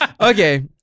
Okay